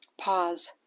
Pause